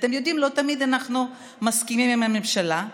אתם יודעים, לא תמיד אנחנו מסכימים עם הממשלה,